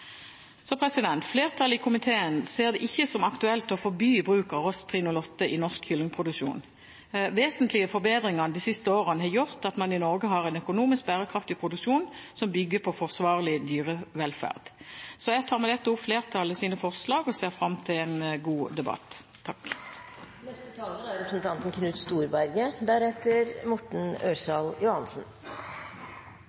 Flertallet i komiteen ser det ikke som aktuelt å forby bruk av Ross 308 i norsk kyllingproduksjon. Vesentlige forbedringer de siste årene har gjort at man i Norge har en økonomisk bærekraftig produksjon som bygger på forsvarlig dyrevelferd. Med dette anbefaler jeg komiteens innstilling og ser fram til en god debatt.